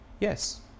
Yes